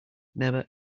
never